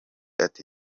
ati